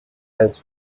has